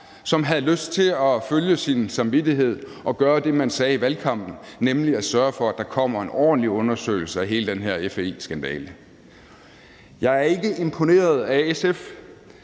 som havde lyst til at følge sin samvittighed og gøre det, man sagde i valgkampen, nemlig at sørge for, at der kommer en ordentlig undersøgelse af hele den her FE-skandale. Jeg er ikke imponeret over SF,